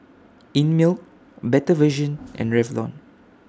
Einmilk Better Vision and Revlon